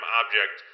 object